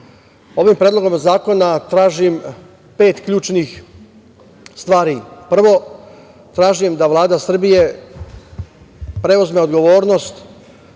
Predlogom zakona tražim pet ključnih stvar. Prvo, tražim da Vlada Srbije preuzme odgovornost